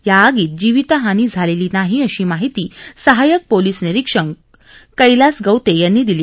या आगीत जीवितहानी झालेली नाही अशी माहिती सहाय्यक पोलीस निरीक्षक कैलास गवते यांनी दिली